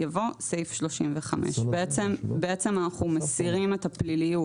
יבוא "סעיף 35". בעצם אנחנו מסירים את הפליליות